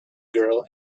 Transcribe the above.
girl